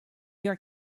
your